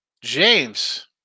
James